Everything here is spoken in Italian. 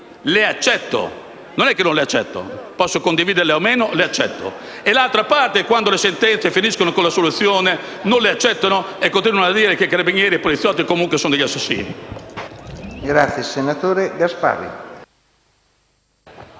le sentenze. Non è che non le accetto: posso condividerle o no, ma le accetto. È l'altra parte che, quando le sentenze finiscono con l'assoluzione, non le accetta e continua a dire che carabinieri e poliziotti sono comunque degli assassini.